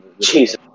Jesus